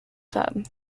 club